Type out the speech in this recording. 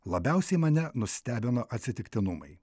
labiausiai mane nustebino atsitiktinumai